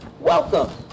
Welcome